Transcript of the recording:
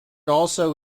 also